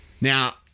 Now